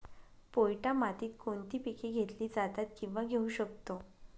पोयटा मातीत कोणती पिके घेतली जातात, किंवा घेऊ शकतो?